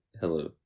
Hello